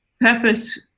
purpose